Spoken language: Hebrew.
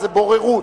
זה בוררות,